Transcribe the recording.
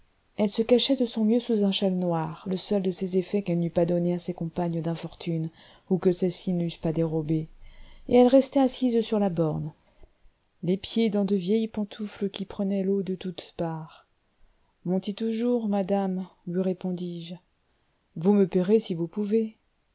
elle se cachait de son mieux sous un châle noir le seul de ses effets qu'elle n'eût pas donnée à ses compagnes d'infortune ou que celles-ci n'eussent pas dérobé et elle restait assise sur la borne les pieds dans de vieilles pantoufles qui prenaient l'eau de toutes parts montez toujours madame lui répondis-je vous me paierez si vous pouvez